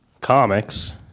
comics